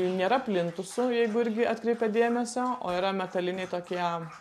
nėra plintusų jeigu irgi atkreipiat dėmesio o yra metaliniai tokie